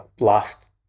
last